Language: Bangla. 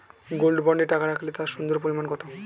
গোল্ড বন্ডে টাকা রাখলে তা সুদের পরিমাণ কত?